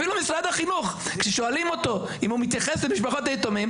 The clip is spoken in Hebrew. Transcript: אפילו משרד החינוך כששואלים אותו אם הוא מתייחס למשפחות היתומים,